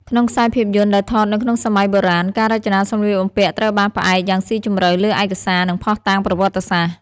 ក្នុងខ្សែភាពយន្តដែលថតនៅក្នុងសម័យបុរាណ ការរចនាសម្លៀកបំពាក់ត្រូវបានផ្អែកយ៉ាងស៊ីជម្រៅលើឯកសារ និងភស្តុតាងប្រវត្តិសាស្ត្រ ។